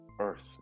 Earth